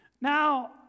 Now